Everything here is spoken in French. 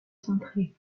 cintrées